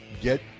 get